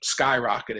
skyrocketed